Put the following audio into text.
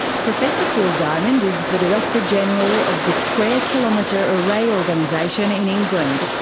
professor phil diamond is the director general of the square kilometre array organisation in england,